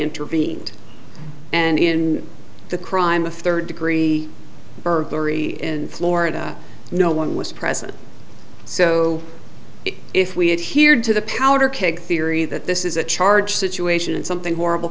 intervened and in the crime of third degree burglary in florida no one was present so if we adhere to the powder keg theory that this is a charge situation and something horrible